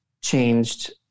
changed